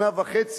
שנה וחצי,